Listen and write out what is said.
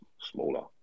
Smaller